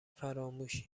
فراموش